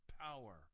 power